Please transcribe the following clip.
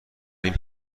این